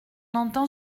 entend